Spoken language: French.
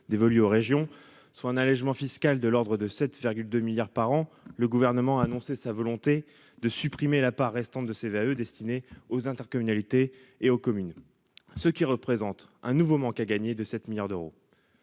dévolue aux régions, soit un allégement fiscal de l'ordre de 7 2 milliards par an, le gouvernement a annoncé sa volonté de supprimer la part restante de CVAE destiné aux intercommunalités et aux communes, ce qui représente un nouveau manque à gagner de 7 milliards d'euros